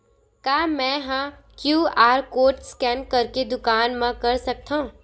का मैं ह क्यू.आर कोड स्कैन करके दुकान मा कर सकथव?